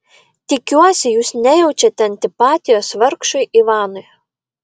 tikiuosi jūs nejaučiate antipatijos vargšui ivanui